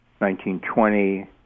1920